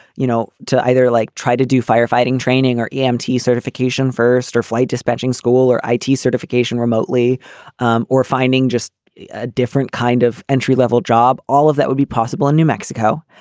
you know, to either like try to do firefighting training or yeah um emt certification first or flight despatching school or i t. certification remotely um or finding just a different kind of entry level job. all of that would be possible in new mexico.